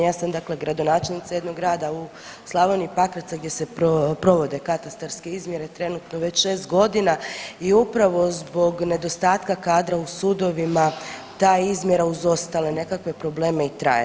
Ja sam dakle gradonačelnica jednog grada u Slavoniji Pakraca gdje se provode katastarske izmjere trenutno već šest godina i upravo zbog nedostatka kadra u sudovima ta je izmjera uz ostale nekakve probleme i traje.